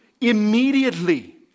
immediately